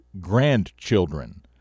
grandchildren